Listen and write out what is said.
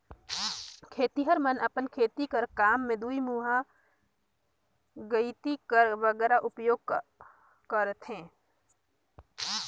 खेतिहर मन अपन खेती कर काम मे दुईमुहा गइती कर बगरा उपियोग करथे